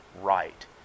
right